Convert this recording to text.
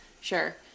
sure